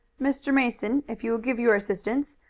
mr. mason, if you will give your assistance,